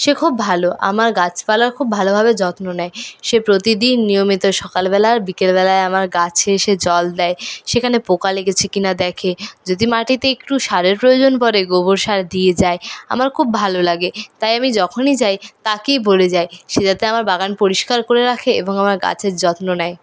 সে খুব ভালো আমার গাছপালার খুব ভালোভাবে যত্ন নেয় সে প্রতিদিন নিয়মিত সকালবেলা আর বিকেলবেলায় আমার গাছে এসে জল দেয় সেখানে পোকা লেগেছে কিনা দেখে যদি মাটিতে একটু সারের প্রয়োজন পরে গোবর সার দিয়ে যায় আমার খুব ভালো লাগে তাই আমি যখনই যাই তাকেই বলে যাই সে যাতে আমার বাগান পরিষ্কার করে রাখে এবং আমার গাছের যত্ন নেয়